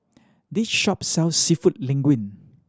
this shop sells Seafood Linguine